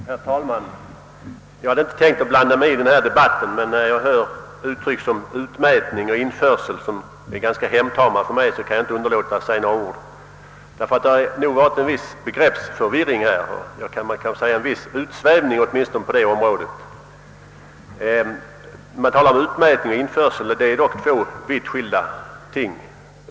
Herr talman! Jag hade inte tänkt blanda mig i den här debatten, men när jag hör uttryck som utmätning och införsel, som är ganska vardagliga för mig, kan jag inte underlåta att säga några ord. Det tycks föreligga en viss begreppsförvirring på detta område. Det talas om utmätning och införsel, vilket är två skilda ting.